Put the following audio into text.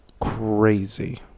crazy